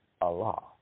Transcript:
Allah